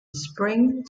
spring